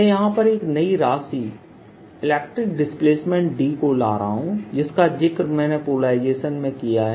मैं यहां पर एक नई राशि इलेक्ट्रिक डिस्प्लेसमेंट D को ला रहा हूं जिसका जिक्र मैंने पोलराइजेशन मैं किया है